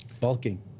Bulking